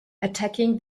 attacking